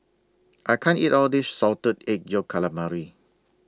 I can't eat All of This Salted Egg Yolk Calamari